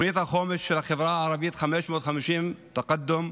בתוכנית החומש של החברה הערבית, 550, תקאדום,